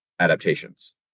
adaptations